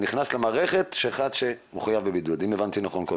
נכנס למערכת כאחד שחייב בבידוד, אם הבנתי נכון?